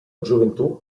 gioventù